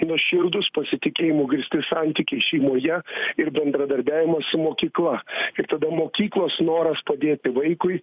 nuoširdūs pasitikėjimu grįsti santykiai šeimoje ir bendradarbiavimas su mokykla ir tada mokyklos noras padėti vaikui